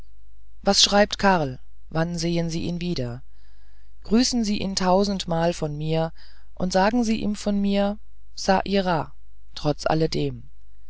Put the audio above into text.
was schreibt karl wann sehen sie ihn wieder grüßen sie ihn tausendmal von mir und sagen sie ihm von mir a ira trotz alledem